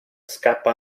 scappa